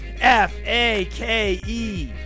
F-A-K-E